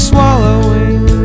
Swallowing